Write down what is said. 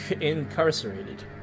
incarcerated